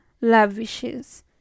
lavishes